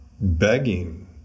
begging